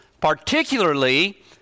particularly